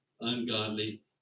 ungodly